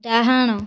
ଡାହାଣ